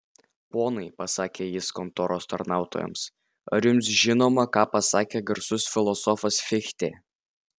ponai pasakė jis kontoros tarnautojams ar jums žinoma ką pasakė garsus filosofas fichtė